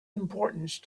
importance